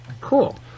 Cool